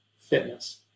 fitness